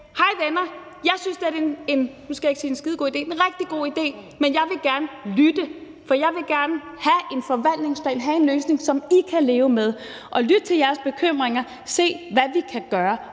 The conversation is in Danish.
sige en skidegod idé, men en rigtig god idé. Jeg vil gerne lytte, for jeg vil gerne have en forvaltningsregel; have en løsning, som I kan leve med, og lytte til jeres bekymringer og se, hvad vi kan gøre.